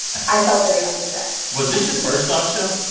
i felt very underdressed was this your first dog show?